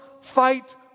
fight